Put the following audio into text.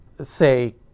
say